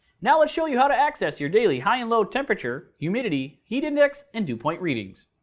now let's show you how to access your daily high and low temperature, humidity, heat index and dew point readings.